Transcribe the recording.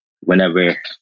whenever